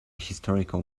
historical